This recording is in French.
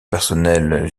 personnels